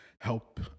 help